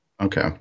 okay